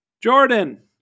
Jordan